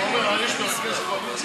הנוהג בכנסת.